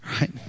Right